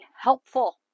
helpful